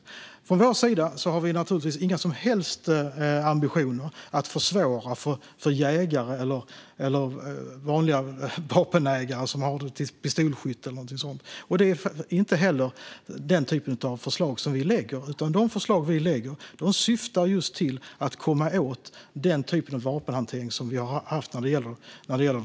Från vår sida har vi naturligtvis inga som helst ambitioner att försvåra för jägare eller vanliga vapenägare som har vapnen till pistolskytte eller sådant. Det är inte heller den typen av förslag vi lägger fram. De förslag vi lägger fram syftar till att komma åt den typ av vapenhantering som vi sett bland gängkriminella.